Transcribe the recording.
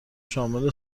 شامل